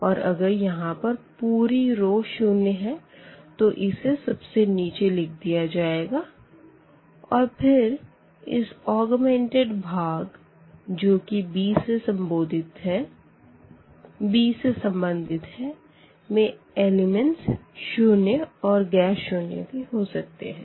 और अगर यहाँ पर पूरी रो शून्य है तो इसे सबसे नीचे लिख दिया जाएगा और फिर इस ऑग्मेंटेड भाग जो कि b से संबंधित है में एलिमेंट्स शून्य और गैर शून्य भी हो सकते है